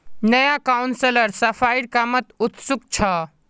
नया काउंसलर सफाईर कामत उत्सुक छ